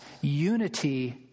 unity